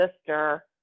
sister